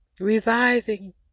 reviving